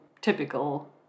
typical